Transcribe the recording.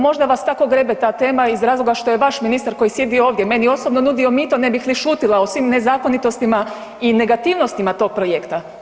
Možda vas tako grebe ta tema iz razloga što je vaš ministar koji sjedi ovdje meni osobno nudio mito ne bih li šutila o svim nezakonitostima i negativnostima tog projekta.